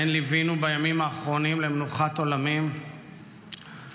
שבהן ליווינו בימים האחרונים למנוחת עולמים רבים,